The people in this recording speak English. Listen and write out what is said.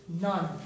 None